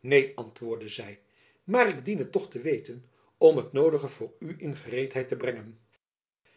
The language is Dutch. neen antwoordde zy maar ik dien het toch te weten om het noodige voor u in gereedheid te brengen